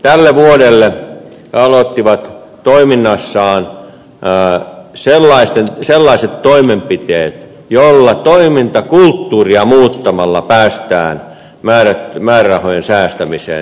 tälle vuodelle aloitettiin toiminnassa sellaiset toimenpiteet joilla toimintakulttuuria muuttamalla päästään määrärahojen säästämiseen